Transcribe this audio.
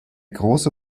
große